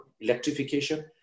electrification